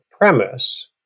Premise